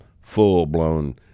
full-blown